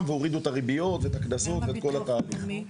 והורידו את הריביות ואת הקנסות ואת כל התהליך.